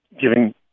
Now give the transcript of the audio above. giving